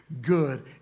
Good